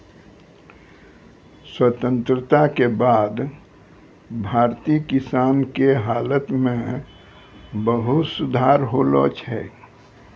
स्वतंत्रता के बाद भारतीय किसान के हालत मॅ बहुत सुधार होलो छै